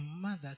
mother